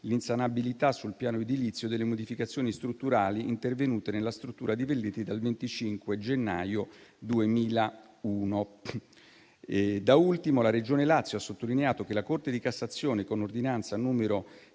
l'insanabilità sul piano edilizio delle modificazioni strutturali intervenute nella struttura di Velletri dal 25 gennaio 2001. Da ultimo, la Regione Lazio ha sottolineato che la Corte di cassazione, con ordinanza n.